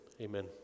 Amen